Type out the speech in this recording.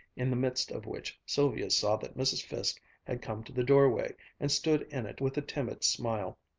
in the midst of which sylvia saw that mrs. fiske had come to the doorway and stood in it with a timid smile.